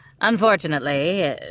Unfortunately